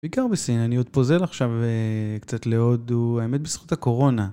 בעיקר בסין, אני עוד פוזל עכשיו קצת להודו, האמת בזכות הקורונה.